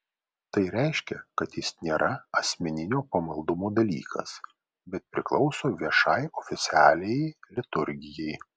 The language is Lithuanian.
tai reiškia kad jis nėra asmeninio pamaldumo dalykas bet priklauso viešai oficialiajai liturgijai